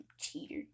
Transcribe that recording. cheater